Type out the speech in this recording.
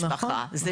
אני